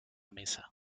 mesa